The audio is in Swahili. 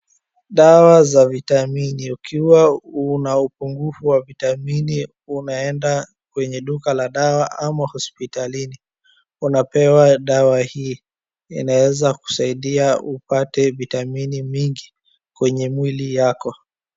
Dawa za vitamini, ukiwa una upungufu wa vitamini unaenda la duka ama hospitalini unapewa dawa hii. Inaweza kusaidia upate vitamini mingi kwenye mwili yako.